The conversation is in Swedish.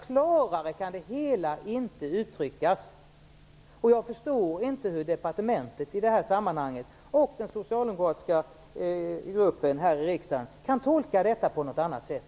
Klarare kan det hela inte uttryckas, och jag förstår inte hur departementet och den socialdemokratiska gruppen här i riksdagen kan tolka detta på något annat sätt.